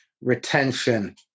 retention